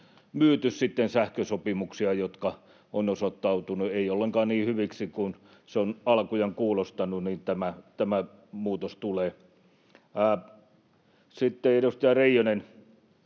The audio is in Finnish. sitten sähkösopimuksia, jotka eivät ole osoittautuneet ollenkaan niin hyviksi kuin on alkujaan kuulostanut, niin tämä muutos tulee. Sitten edustaja Reijonen: